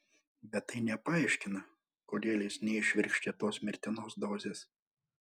bet tai nepaaiškina kodėl jis neįšvirkštė tos mirtinos dozės